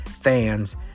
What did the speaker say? fans